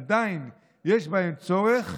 עדיין יש בהם צורך,